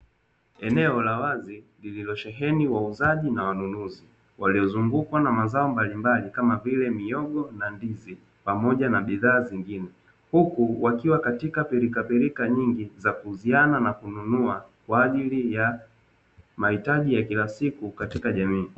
Eneo la wazi lililoosheni wauzaji na wanunuzi waliozungukwa na mazao mbalimbali kama vile mihogo na ndizi pamoja na bidhaa zingine, huku wakiwa katika pilikapilika nyingi za kuuziana na kununua kwa ajili ya mahitaji ya kila siku katika jamii.